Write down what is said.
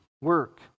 Work